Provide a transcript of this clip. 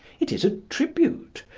it is a tribute,